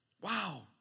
Wow